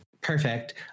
Perfect